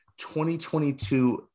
2022